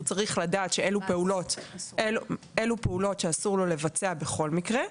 הוא צריך לדעת שאלה פעולות שאסור לו לבצע בכל מקרה,